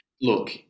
Look